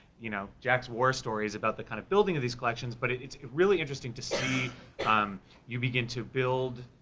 you know jack's worst stories about the kind of building of these collections, but it's really interesting to see um you begin to build,